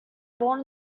born